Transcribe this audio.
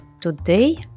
Today